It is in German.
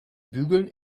bügeln